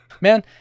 Man